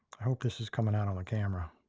hope this is coming out on the camera.